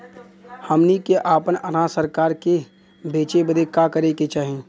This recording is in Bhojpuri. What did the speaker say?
हमनी के आपन अनाज सरकार के बेचे बदे का करे के चाही?